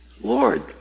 Lord